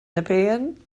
nepean